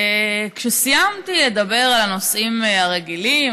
כשסיימתי לדבר על הנושאים הרגילים,